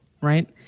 right